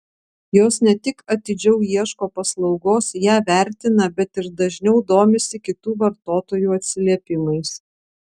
jos ne tik atidžiau ieško paslaugos ją vertina bet ir dažniau domisi kitų vartotojų atsiliepimais